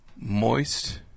Moist